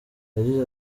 yagize